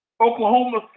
Oklahoma